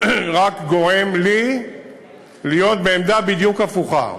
רק גורם לי להיות בעמדה בדיוק הפוכה.